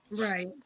Right